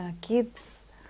kids